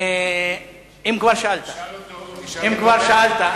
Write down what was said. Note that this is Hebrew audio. אם כבר שאלת.